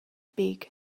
beg